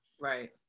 right